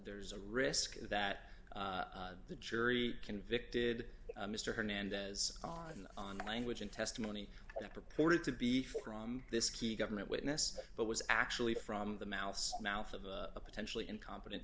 there's a risk that the jury convicted mr hernandez on on the language and testimony that purported to be from this key government witness but was actually from the mouse mouth of a potentially incompetent